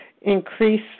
increase